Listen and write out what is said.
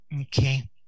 Okay